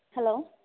hello